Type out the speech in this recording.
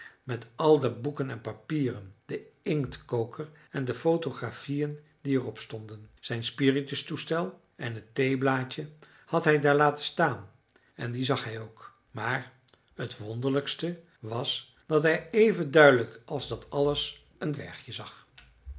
met al de boeken en papieren den inktkoker en de photografieën die er op stonden zijn spiritustoestel en t theeblaadje had hij daar laten staan en die zag hij ook maar het wonderlijkste was dat hij even duidelijk als dat alles een dwergje zag